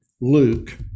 Luke